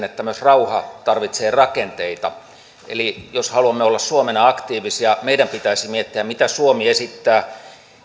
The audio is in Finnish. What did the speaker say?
että myös rauha tarvitsee rakenteita eli jos haluamme olla suomena aktiivisia meidän pitäisi miettiä mitä suomi esittää